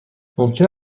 ممکن